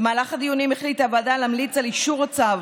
במהלך הדיונים החליטה הוועדה להמליץ על אישור הצו,